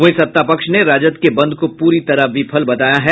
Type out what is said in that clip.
वहीं सत्ता पक्ष ने राजद के बंद को पूरी तरह विफल बताया है